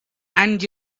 and